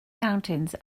mountains